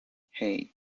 hey